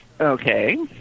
Okay